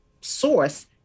source